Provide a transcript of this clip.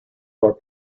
are